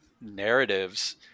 narratives